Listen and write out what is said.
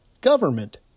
government